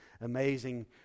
amazing